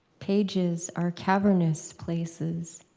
pages are cavernous places,